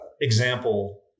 example